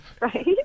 right